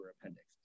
appendix